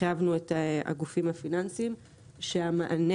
חייבנו את הגופים הפיננסיים שהמענה